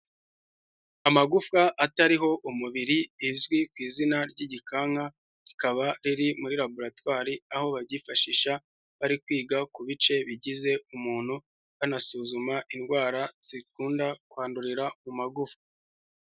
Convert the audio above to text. Amagufwa atariho umubiri izwi ku izina ry'igikanka, rikaba riri muri laboratwari aho babyifashisha bari kwiga ku bice bigize umuntu banasuzuma indwara zikunda kwandurira mu magufwa.